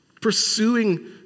Pursuing